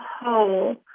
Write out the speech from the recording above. whole